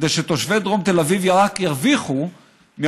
כדי שתושבי דרום תל אביב רק ירוויחו מהעובדה